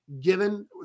given